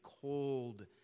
cold